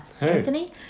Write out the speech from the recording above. Anthony